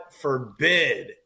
forbid